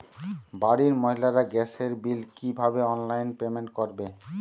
বাড়ির মহিলারা গ্যাসের বিল কি ভাবে অনলাইন পেমেন্ট করবে?